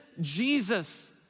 Jesus